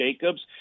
Jacobs